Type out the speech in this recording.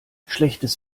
schlechtes